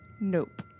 nope